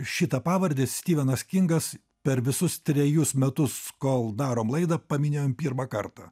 šitą pavardę stivenas kingas per visus trejus metus kol darom laidą paminėjom pirmą kartą